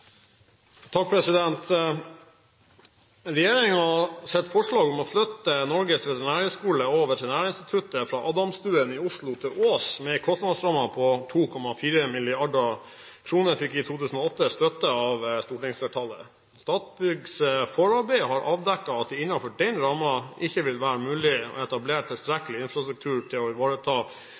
Ås, med en kostnadsramme på 2,4 mrd. kr, fikk i 2008 støtte av stortingsflertallet. Statbyggs forarbeider har avdekket at det innenfor denne rammen ikke vil være mulig å etablere tilstrekkelig infrastruktur til å ivareta